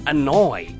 Annoy，